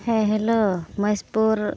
ᱦᱮᱸ ᱦᱮᱞᱳ ᱢᱚᱦᱮᱥᱯᱩᱨ